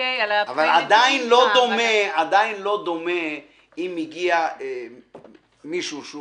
אבל עדיין לא דומה אם הגיע מישהו שהוא